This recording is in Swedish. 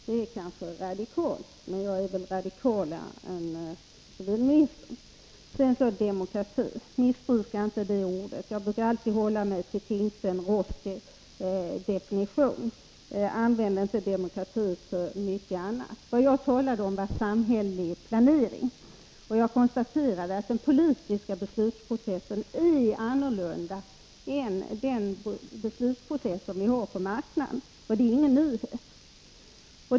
Det är kanske radikalt, men jag är väl radikalare än civilministern. Sedan beträffande demokrati: Missbruka inte det ordet! Jag brukar alltid hålla mig till Tingstens/Ross definition. Använd inte ordet demokrati för många andra saker! Vad jag talade om var samhällelig planering, och jag konstaterade att den politiska beslutsprocessen är annorlunda än den beslutsprocess som vi har på marknaden — och det är ingen nyhet.